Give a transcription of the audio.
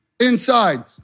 inside